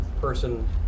Person